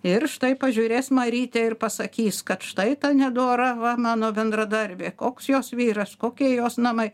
ir štai pažiūrės marytė ir pasakys kad štai ta nedora va mano bendradarbė koks jos vyras kokie jos namai